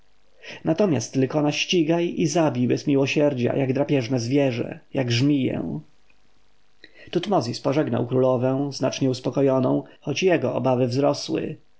natomiast lykona ścigaj i zabij bez miłosierdzia jak drapieżne zwierzę jak żmiję tutmozis pożegnał królowę znacznie uspokojoną choć jego obawy wzrosły